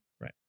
right